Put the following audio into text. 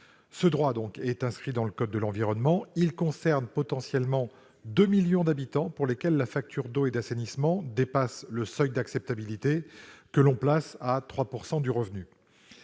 Ce droit, inscrit dans le code de l'environnement, concerne potentiellement 2 millions d'habitants pour lesquels la facture d'eau et d'assainissement dépasse le seuil d'acceptabilité, soit 3 % du revenu.